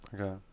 Okay